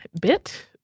bit